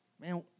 Man